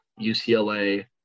UCLA